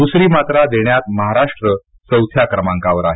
द्रसरी मात्रा देण्यात महाराष्ट्र चौथ्या क्रमांकावर आहे